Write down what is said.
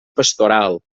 pastoral